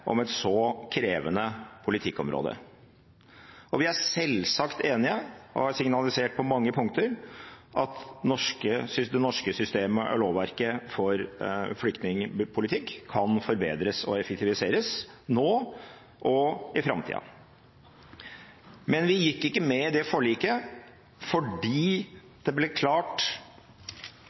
om et så krevende politikkområde. Vi er selvsagt enig i – og har signalisert på mange punkter – at det norske systemet og lovverket for flyktningpolitikk kan forbedres og effektiviseres nå og i framtida. Men vi gikk ikke med i det forliket, fordi det ble klart